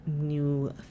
new